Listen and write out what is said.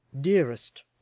dearest